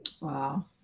Wow